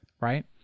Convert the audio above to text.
right